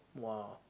!wah!